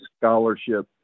scholarship